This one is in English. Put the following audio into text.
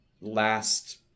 last